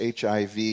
HIV